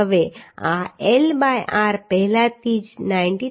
હવે આ L by r પહેલાથી જ 93